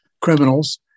criminals